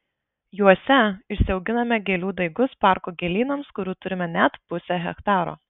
juose išsiauginame gėlių daigus parko gėlynams kurių turime net pusę hektaro